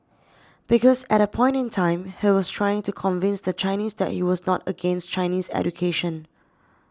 because at that point in time he was trying to convince the Chinese that he was not against Chinese education